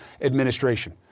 administration